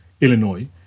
Illinois